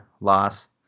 loss